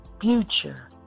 future